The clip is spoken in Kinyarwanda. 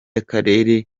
akarere